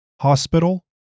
Hospital